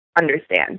understand